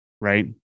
Right